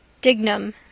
Dignum